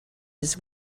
his